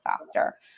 faster